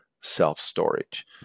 self-storage